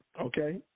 okay